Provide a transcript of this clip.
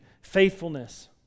faithfulness